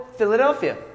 Philadelphia